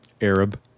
arab